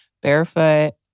barefoot